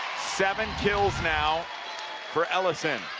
seven kills now for ellyson.